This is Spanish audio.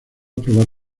probar